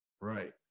right